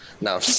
No